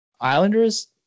Islanders